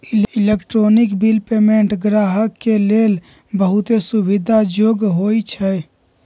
electronic bill payment गाहक के लेल बहुते सुविधा जोग्य होइ छइ